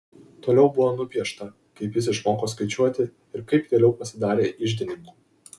toliau buvo nupiešta kaip jis išmoko skaičiuoti ir kaip vėliau pasidarė iždininku